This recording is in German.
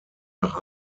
nach